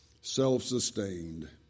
self-sustained